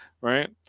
Right